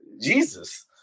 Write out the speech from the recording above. Jesus